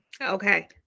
Okay